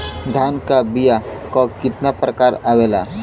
धान क बीया क कितना प्रकार आवेला?